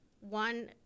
one